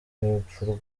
y’urupfu